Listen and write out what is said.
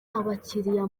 abakiriya